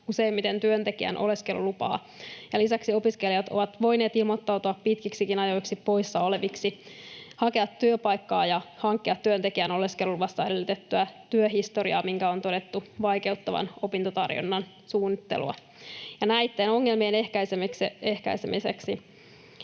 useimmiten työntekijän oleskelulupaa. Lisäksi opiskelijat ovat voineet ilmoittautua pitkiksikin ajoiksi poissa oleviksi, hakea työpaikkaa ja hankkia työntekijän oleskeluluvassa edellytettyä työhistoriaa, minkä on todettu vaikeuttavan opintotarjonnan suunnittelua. Näitten ongelmien ehkäisemiseksi